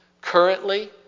currently